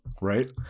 Right